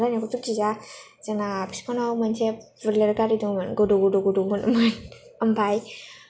बिमानि रायनायखौथ गिया जोंना बिफानाव मोनसे बुलेट गारि दंमोन गुदु गुदु गुदु होनोमोन ओमफ्राय